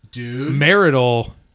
marital